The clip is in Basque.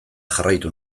jarraitu